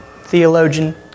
theologian